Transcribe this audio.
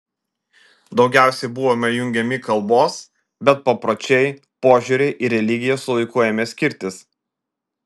daugiausiai buvome jungiami kalbos bet papročiai požiūriai ir religija su laiku ėmė skirtis